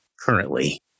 currently